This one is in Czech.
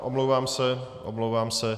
Omlouvám se, omlouvám se.